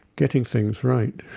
getting things right.